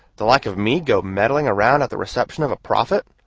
the like of me go meddling around at the reception of a prophet?